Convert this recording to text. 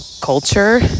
culture